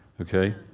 Okay